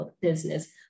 business